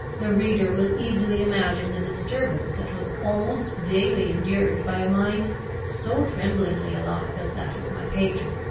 the reader will easily imagine the disturbance that was almost daily endured by a mind so tremblingly alive as that of my patron.